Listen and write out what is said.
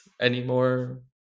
anymore